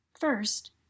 First